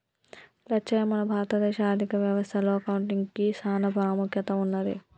లచ్చయ్య మన భారత దేశ ఆర్థిక వ్యవస్థ లో అకౌంటిగ్కి సాన పాముఖ్యత ఉన్నది